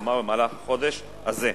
כלומר במהלך החודש הזה.